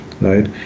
right